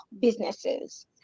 businesses